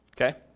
Okay